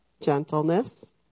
gentleness